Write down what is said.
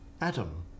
Adam